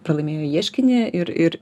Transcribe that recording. pralaimėjo ieškinį ir ir